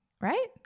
Right